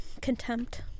contempt